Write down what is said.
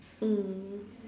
mm